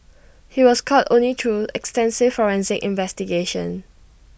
he was caught only through extensive forensic investigations